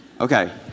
Okay